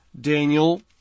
Daniel